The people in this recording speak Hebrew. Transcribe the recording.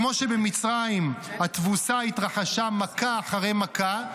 כמו שבמצרים התבוסה התרחשה מכה אחרי מכה,